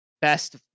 best